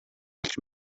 олж